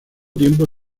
tiempo